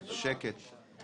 שקט, די.